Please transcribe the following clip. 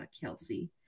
kelsey